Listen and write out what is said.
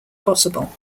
possible